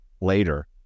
later